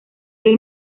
del